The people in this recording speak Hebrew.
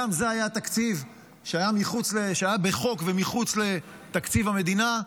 גם זה היה תקציב שהיה בחוק ומחוץ לתקציב המדינה,